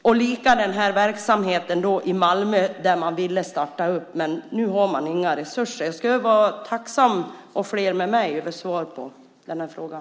Och det är samma sak med verksamheten i Malmö. Där ville man starta, men nu har man inga resurser. Jag skulle vara tacksam, och flera med mig, över svar på den här frågan.